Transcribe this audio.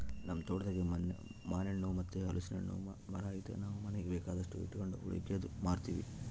ನಮ್ ತೋಟದಾಗೇ ಮಾನೆಣ್ಣು ಮತ್ತೆ ಹಲಿಸ್ನೆಣ್ಣುನ್ ಮರ ಐತೆ ನಾವು ಮನೀಗ್ ಬೇಕಾದಷ್ಟು ಇಟಗಂಡು ಉಳಿಕೇದ್ದು ಮಾರ್ತೀವಿ